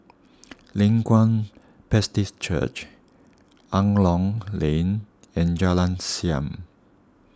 Leng Kwang Baptist Church Angklong Lane and Jalan Siap